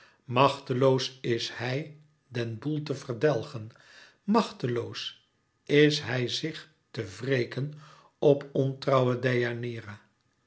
machteloos is hij den boel te verdelgen machteloos is hij zich te wreken op ontrouwe